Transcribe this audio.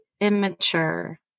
immature